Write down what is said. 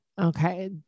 Okay